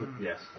Yes